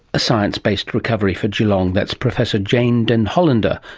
a science-based recovery for geelong. that's professor jane den hollander,